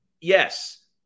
yes